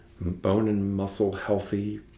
bone-and-muscle-healthy